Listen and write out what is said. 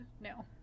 No